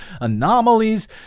anomalies